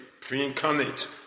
pre-incarnate